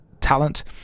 talent